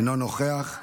אינו נוכח.